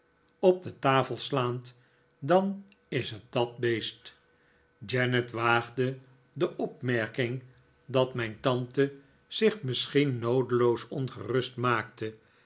op de tafel slaand dan is het dat beest janet waagde de opmerking dat mijn tante zich misschien noodeloos ongerust maakte